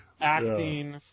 acting